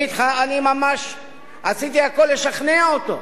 אני ממש עשיתי הכול לשכנע אותו.